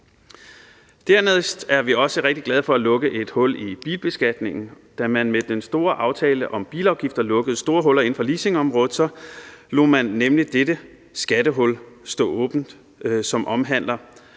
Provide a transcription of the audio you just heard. Dernæst er vi også rigtig glade for at lukke et hul i bilbeskatningen. Da man med den store aftale om bilafgifter lukkede store huller inden for leasingområdet, lod man nemlig dette skattehul stå åbent, som omhandler